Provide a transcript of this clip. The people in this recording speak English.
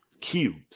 Cubes